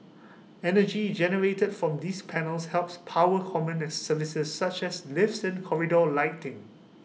energy generated from these panels helps power common services such as lifts and corridor lighting